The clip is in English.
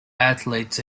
athletes